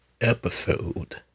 episode